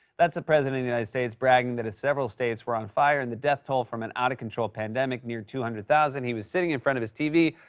that's the president of the united states, bragging that, as several states were on fire and the death toll from an out-of-control pandemic neared two hundred thousand, he was sitting in front of his tv,